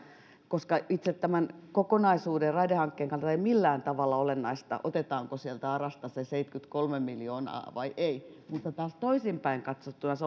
koska itse tämän kokonaisuuden raidehankkeen kannalta ei millään tavalla ole olennaista otetaanko sieltä arasta se seitsemänkymmentäkolme miljoonaa vai ei mutta taas toisinpäin katsottuna se